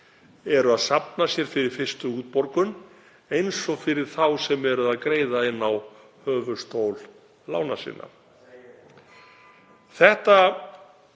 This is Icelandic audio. eru að safna fyrir fyrstu útborgun og fyrir þá sem eru að greiða inn á höfuðstól lána sinna. Þetta